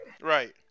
Right